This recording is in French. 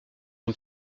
une